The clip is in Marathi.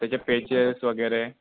त्याचे पेजेस वगैरे